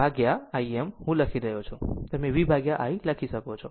આમ અને આમ જ તે Vm I Vm upon Im લખી રહ્યો છે તમે V ભાગ્યા I લખી શકો છો